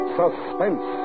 suspense